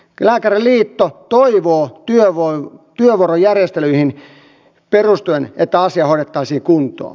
lääkäriliitto toivoo työvuorojärjestelyihin perustuen että asia hoidettaisiin kuntoon